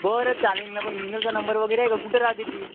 बरं चालेल ना पण मिनलचा नंबर वगैरे आहे का कुठं राहते ती